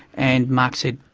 and mark said,